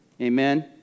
Amen